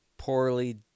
poorly